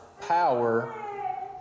power